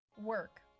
Work